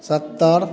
सत्तर